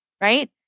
right